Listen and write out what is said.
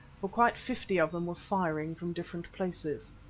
for quite fifty of them were firing from different places.